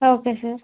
okay sir